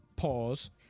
pause